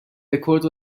رکورد